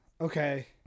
Okay